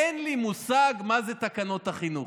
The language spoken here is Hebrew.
אין לי מושג מה זה תקנות החינוך.